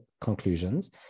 conclusions